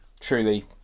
Truly